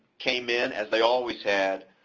came in, as they always had,